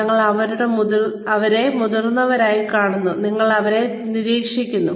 ഞങ്ങൾ ഞങ്ങളുടെ മുതിർന്നവരെ കാണുന്നു ഞങ്ങൾ അവരെ നിരീക്ഷിക്കുന്നു